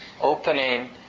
opening